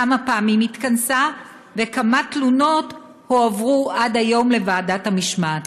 כמה פעמים התכנסה וכמה תלונות הועברו עד היום לוועדת המשמעת.